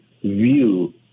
view